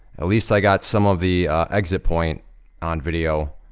at least i got some of the exit point on video.